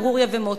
ברוריה ומוטי.